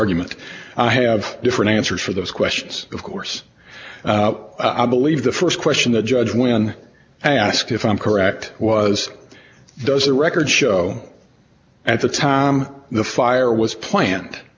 argument i have different answers for those questions of course i believe the first question the judge when asked if i'm correct was does the record show at the time the fire was plan